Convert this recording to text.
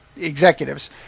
executives